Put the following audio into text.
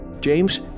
James